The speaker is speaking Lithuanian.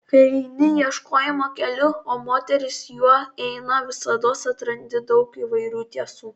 kai eini ieškojimo keliu o moteris juo eina visados atrandi daug įvairių tiesų